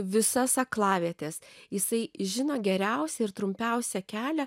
visas aklavietes jisai žino geriausią ir trumpiausią kelią